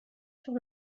sur